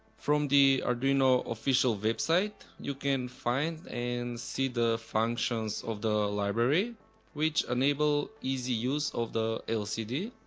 from the arduino official website you can find and see the functions of the library which enable easy use of the lcd.